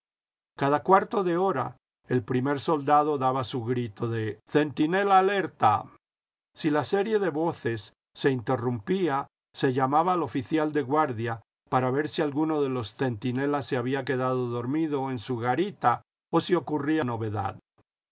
cada cuarto de hora el primer soldado daba su grito de centinela alerta si la serie de voces se interrumpía se llamaba al oficial de guardia para ver si alguno de los centinelas se había quedado dormido en su garita o si ocurría novedad